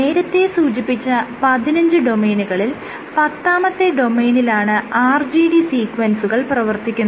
നേരത്തെ സൂചിപ്പിച്ച 15 ഡൊമെയ്നുകളിൽ പത്താമത്തെ ഡൊമെയ്നിലാണ് RGD സീക്വൻസുകൾ പ്രവർത്തിക്കുന്നത്